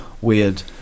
weird